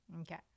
Okay